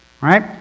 Right